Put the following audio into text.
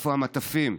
איפה המטפים?